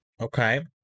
Okay